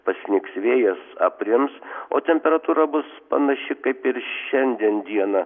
pasnigs vėjas aprims o temperatūra bus panaši kaip ir šiandien dieną